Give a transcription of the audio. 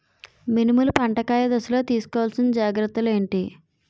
మినుములు పంట కాయ దశలో తిస్కోవాలసిన జాగ్రత్తలు ఏంటి?